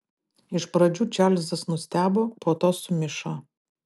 iš pradžių čarlzas nustebo po to sumišo